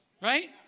right